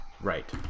Right